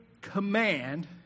command